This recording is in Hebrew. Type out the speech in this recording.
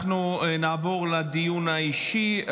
אנחנו נעבור לדיון האישי.